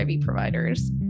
providers